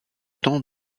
temps